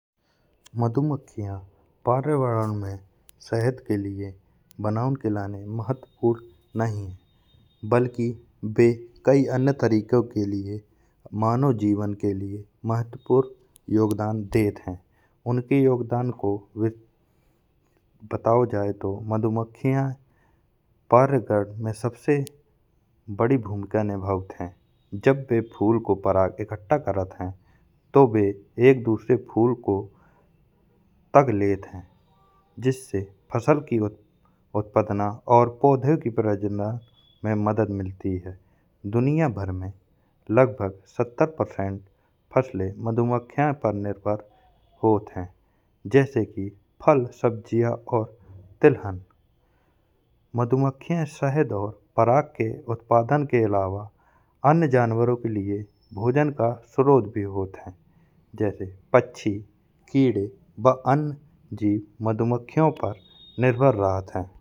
मधुमक्खियाँ पर्यावरण में शहद के बनावन के लाने महत्वपूर्ण निं हइ। बल्की वे कई अन्य तरीकों के लिए मानव जीवन के लिए महत्वपूर्ण योगदान देत हइं। उनके योगदान के बताओ जाये तो मधुमक्खियाँ पर्यावरण में सबसे बड़ी भूमिका निभावत हइं। जब वे फूल को पराग इकट्ठा करत हाइटो वे एक दूसरे फूल को टैग लेत हइं। जिससे फसल की उत्पादना और पौधों की प्रजनन में मदद मिलती हइ। दुनिया भर में लगभग सत्तर प्रतिशत फसले मधुमक्खियों पर निर्भर होत हइं। जैसे कि फल सब्जियाँ और तिलहन मधुमक्खियाँ शहद और पराग के उत्पादन के अलावा अन्य जानवरों के भोजन का स्रोत भी होत हइं। जैसे पच्ची कीड़े वा अन्य जीव मधुमक्खियों पर निर्भर रहत हइं।